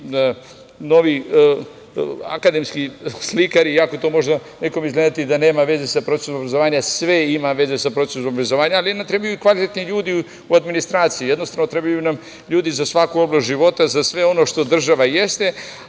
novi akademski slikari. Iako to možda nekom može izgledati da nema veze sa procesom obrazovanja, sve ima veze sa procesom obrazovanja. Trebaju nam i kvalitetni ljudi u administraciji. Jednostavno, trebaju nam ljudi za svaku oblast života, za sve ono što država jeste,